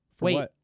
Wait